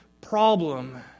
problem